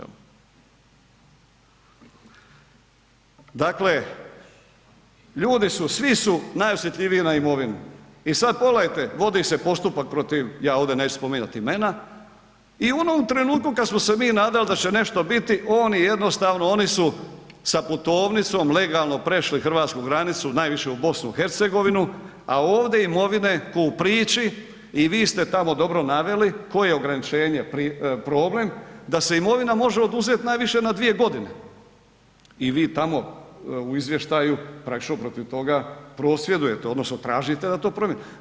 Dakle, ljudi su, svi su najosjetljiviji na imovinu, i sad pogledajte, vodi se postupak protiv, ja ovdje neću spominjat imena, i u onom trenutku kad smo se mi nadali da će nešto biti, oni su sa putovnicom legalno prešli hrvatsku granicu, najviše u BiH a ovdje imovine ko u priči i vi ste tamo dobro naveli, koje je ograničenje problem, da se imovina može oduzet najviše na 2 g. i vi tamo u izvještaju praktično protiv toga prosvjedujete odnosno tražite da promijenimo.